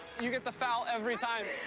you get the foul every time.